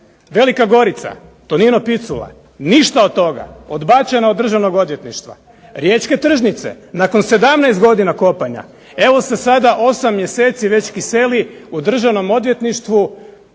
Velika Gorica, Tonino Picula. Ništa od toga. Odbačena od Državnog odvjetništva. Riječke tržnice. Nakon 17 godina kopanja, evo se sada 8 mjeseci već kiseli u Državnom odvjetništvu